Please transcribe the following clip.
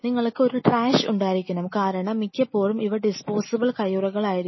നിങ്ങൾക്ക് ഒരു ട്രാഷ് ഉണ്ടായിരിക്കണം കാരണം മിക്കപ്പോഴും ഇവ ഡിസ്പോസിബിൾ കയ്യുറകൾ ആയിരിക്കും